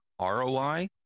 ROI